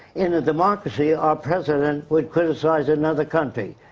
in a democracy, our president would criticize another country.